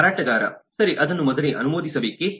ಮಾರಾಟಗಾರ ಸರಿ ಅದನ್ನು ಮೊದಲೇ ಅನುಮೋದಿಸಬೇಕೇ